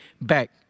back